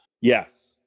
Yes